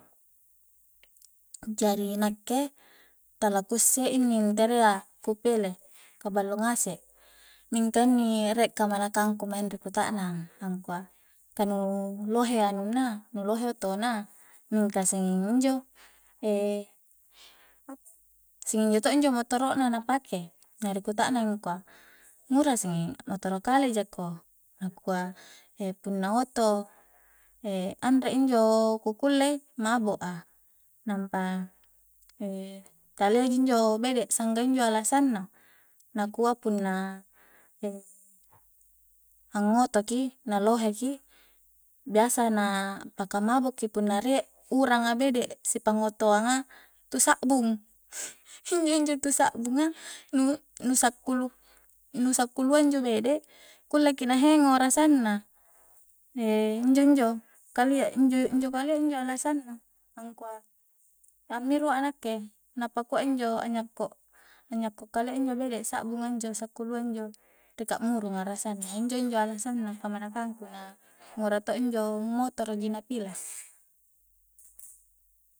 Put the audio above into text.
Jari nakke tala ku isse inni nterea ku pile ka balo ngasek mingka inni kamanakang ku maing ri kutaknang angkua ka nu lohe anunna nu lohe oto na mingka sannging injo apa sanging injo to injo motoro'na na pake na ri kutaknang i angkua ngura senging a motoro kale jako nakua punna oto anre injo ku kulei mabok a nampa talia ji injo bede sangga injo alasanna nakua punna angngoto ki na lohe ki biasa na paka mabok ki punna rie uranga bede sipangngotoang tu sakbung injo injo tu sakbunga nu-nu sakkulu-nu sakkulu a injo bede kulle ki na hengo rasanna injo-injo kalia injoinjo kalia injo alasanna angkua ammirua a nakke na pakua injo anyakko-anyakko kalia a injo bede sa'bunga injo sakkulua injo ri ka'murunga inj-injo alasanna kamanakang ku na ngura to injo motoro ji na pile